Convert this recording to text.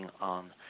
on